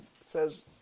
says